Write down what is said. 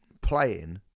playing